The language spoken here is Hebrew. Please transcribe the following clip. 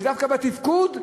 ודווקא בתפקוד.